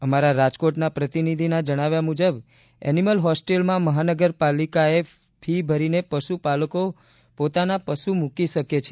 અમારા રાજકોટના પ્રતિનિધિના જણાવ્યા મુજબ એનિમલ હોસ્ટેલમાં મહાનગરપાલિકાને ફી ભરીને પશુ પાલકો પોતાના પશુ મુકી શકે છે